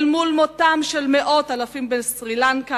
אל מול מותם של מאות אלפים בסרי-לנקה,